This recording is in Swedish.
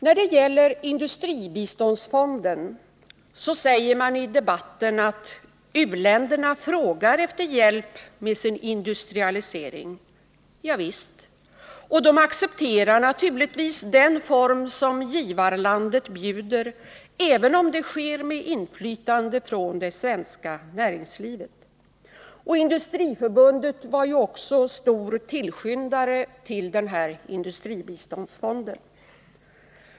När det gäller industribiståndsfonden så säger man i debatten att u-länderna frågar efter hjälp med sin industrialisering. Javisst, och de accepterar naturligtvis den form som givarlandet bjuder, även om det sker med inflytande från det svenska näringslivet. Industriförbundet var ju också stor tillskyndare till industribiståndsfonden.